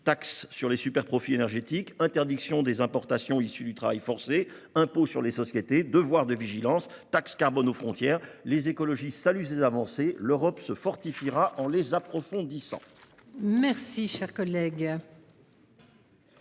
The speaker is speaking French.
taxe sur les superprofits énergétiques, interdiction des importations issues du travail forcé, impôts sur les sociétés, devoir de vigilance, taxe carbone aux frontières ... Les écologistes saluent ces avancées. L'Europe se fortifiera en les approfondissant. La parole est